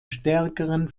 stärkeren